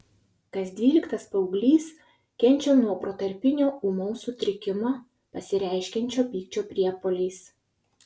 kas dvyliktas paauglys kenčia nuo protarpinio ūmaus sutrikimo pasireiškiančio pykčio priepuoliais